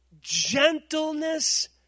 gentleness